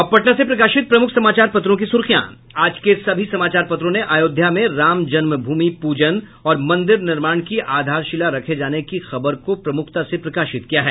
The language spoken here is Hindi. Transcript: अब पटना से प्रकाशित प्रमुख समाचार पत्रों की सुर्खियां आज के सभी समाचार पत्रों ने अयोध्या में राम जन्म भूमि पूजन और मंदिर निर्माण की आधारशिला रखे जाने की खबर को प्रमुखता से प्रकाशित किया है